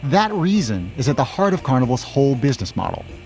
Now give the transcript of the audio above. that reason is at the heart of carnival's whole business model,